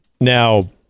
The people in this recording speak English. Now